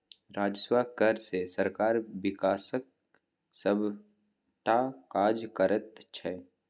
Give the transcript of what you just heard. राजस्व कर सँ सरकार बिकासक सभटा काज करैत छै